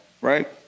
right